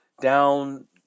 down